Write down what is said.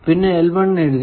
പിന്നെ എഴുതി